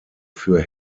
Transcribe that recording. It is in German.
für